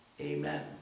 Amen